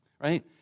right